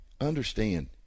understand